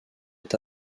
est